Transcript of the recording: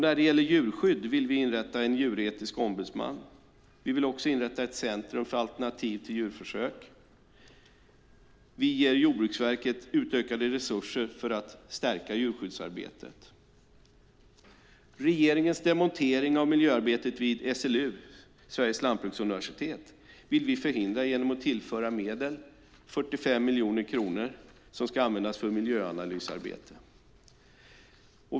När det gäller djurskydd vill vi inrätta en djuretisk ombudsman. Vi vill också inrätta ett centrum för alternativ till djurförsök. Vi ger Jordbruksverket utökade resurser för att stärka djurskyddsarbetet. Regeringens demontering av miljöarbetet vid SLU, Sveriges lantbruksuniversitet, vill vi förhindra genom att tillföra medel, 45 miljoner kronor, som ska användas till miljöanalysarbete.